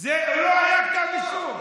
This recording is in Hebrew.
עוד לא היה כתב אישום.